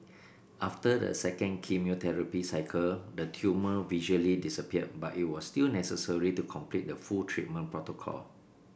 after the second chemotherapy cycle the tumour visually disappeared but it was still necessary to complete the full treatment protocol